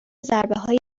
ضربههای